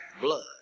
blood